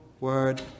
word